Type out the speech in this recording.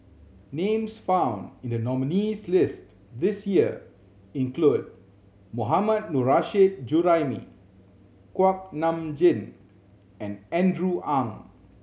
names found in the nominees' list this year include Mohammad Nurrasyid Juraimi Kuak Nam Jin and Andrew Ang